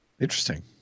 Interesting